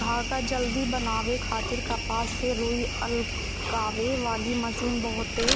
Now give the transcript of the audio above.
धागा जल्दी बनावे खातिर कपास से रुई अलगावे वाली मशीन बहुते